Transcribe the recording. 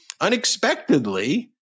unexpectedly